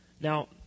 Now